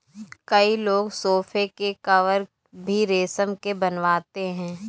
कई लोग सोफ़े के कवर भी रेशम के बनवाते हैं